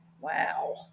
Wow